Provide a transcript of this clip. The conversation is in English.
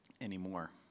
anymore